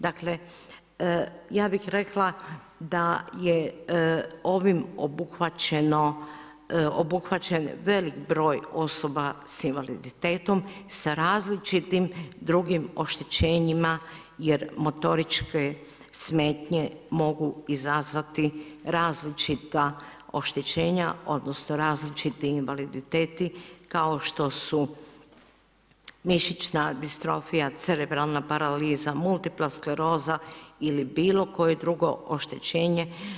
Dakle ja bih rekla da je ovim obuhvaćen velik broj osoba s invaliditetom sa različitim drugim oštećenjima jer motoričke smetnje mogu izazvati različita oštećenja odnosno različiti invaliditeti kao što su mišićna distrofija, cerebralna paraliza, multipla skleroza ili bilo koje drugo oštećenje.